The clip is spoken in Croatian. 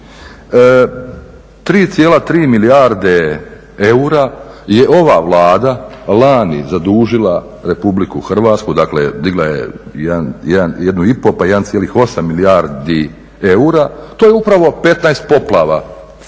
3,3 milijarde eura je ova Vlada lani zadužila Republiku Hrvatsku. Dakle, digla jednu i pol, pa 1,8 milijardi eura. To je upravo 15 poplava